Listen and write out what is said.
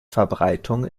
verbreitung